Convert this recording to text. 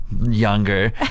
younger